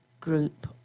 group